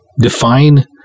define